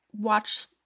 watch